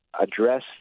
address